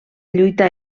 lluita